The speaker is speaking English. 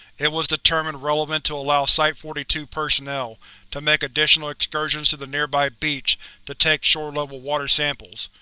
it was determined relevant to allow site forty two personnel to make additional excursions to the nearby beach to take shore-level water samples.